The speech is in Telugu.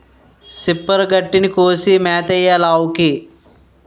సిప్పరు గడ్డిని కోసి మేతెయ్యాలావుకి